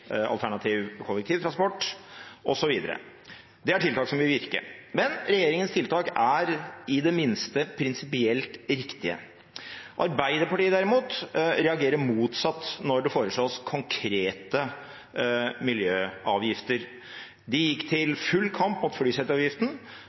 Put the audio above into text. alternativ kollektivtransport, osv. Det er tiltak som vil virke. Men regjeringens tiltak er i det minste prinsipielt riktige. Arbeiderpartiet derimot reagerer motsatt når det foreslås konkrete miljøavgifter. De gikk til